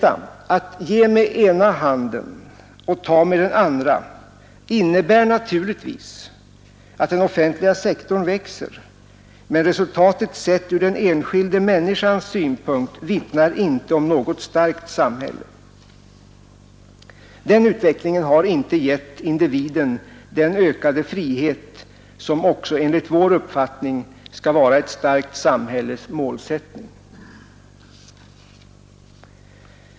Att ge med ena handen och ta med den andra innebär naturligtvis att den offentliga sektorn växer. Men resultatet sett ur den enskilda människans synpunkt vittnar inte om något starkt samhälle. Denna utveckling har inte gett individen den ökade frihet som också enligt vår uppfattning skall vara ett starkt samhälles målsättning.